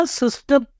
system